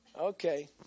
Okay